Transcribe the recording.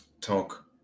talk